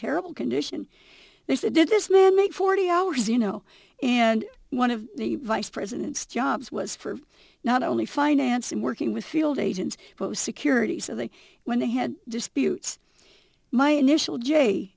terrible condition they said did this man make forty hours you know and one of the vice president's jobs was for not only financing working with field agents security so that when they had disputes my initial j